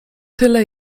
tyle